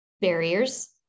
Barriers